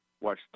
watch